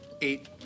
Eight